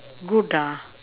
good ah